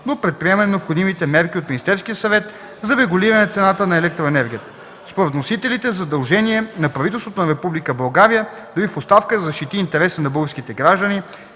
до предприемане на необходимите мерки от Министерския съвет за регулиране цената на електроенергията. Според вносителите е задължение на правителството на Република България, дори и в оставка, да защити интересите на българските граждани